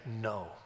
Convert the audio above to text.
no